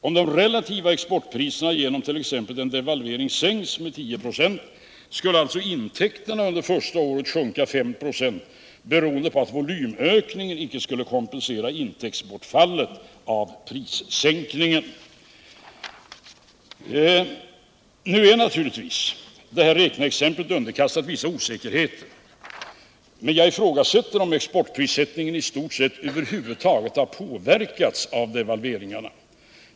Om de relativa exportpriserna genom t.ex. en devalvering sänks med 10 96 skulle alltså intäkterna under första året sjunka 5 96, beroende på att volymökningen inte skulle kompensera intäktsbortfallet av prissänkningen.” Nu är naturligtvis detta räkneexempel underkastat vissa osäkerheter. Jag ifrågasätter om exportprissättningen i stort över huvud taget påverkades av devalveringarna.